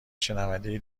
شنونده